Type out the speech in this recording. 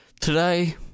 Today